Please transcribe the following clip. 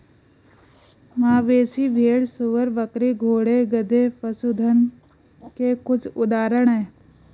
मवेशी, भेड़, सूअर, बकरी, घोड़े, गधे, पशुधन के कुछ उदाहरण हैं